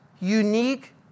unique